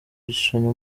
igishushanyo